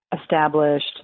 established